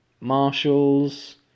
Marshalls